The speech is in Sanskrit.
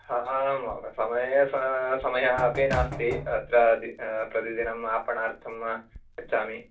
आं समयः अपि नास्ति अत्र प्रतिदिनम् आपणार्थं गच्छामि